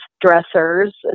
dressers